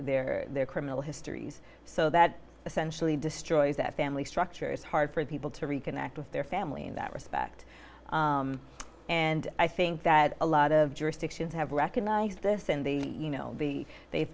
their their criminal histories so that essentially destroys that family structure is hard for people to reconnect with their family in that respect and i think that a lot of jurisdictions have recognised this in the you know they've